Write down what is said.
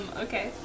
okay